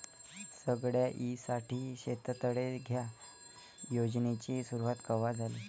सगळ्याइसाठी शेततळे ह्या योजनेची सुरुवात कवा झाली?